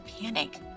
panic